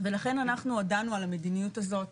ולכן אנחנו הודענו על המדיניות הזאת.